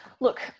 look